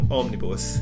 omnibus